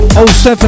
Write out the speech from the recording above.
07